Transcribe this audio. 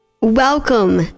welcome